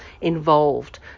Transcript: involved